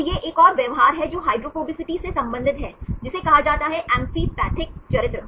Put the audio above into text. तो यह एक और व्यवहार है जो हाइड्रोफोबिसिटी से संबंधित है जिसेकहा जाता है एम्फीपैथिक चरित्र